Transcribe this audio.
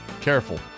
careful